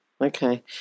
Okay